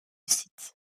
site